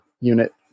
unit